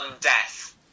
death